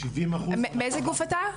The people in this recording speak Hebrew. מאיזה גוף אתה?